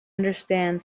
understand